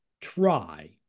try